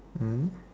mm